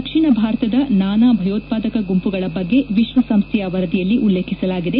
ದಕ್ಷಿಣ ಭಾರತದ ನಾನಾ ಭಯೋತ್ವಾದಕ ಗುಂಪುಗಳ ಬಗ್ಗೆ ವಿಶ್ವಸಂಸ್ಥೆಯ ವರದಿಯಲ್ಲಿ ಉಲ್ಲೇಖಿಸಲಾಗಿದೆ